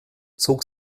zog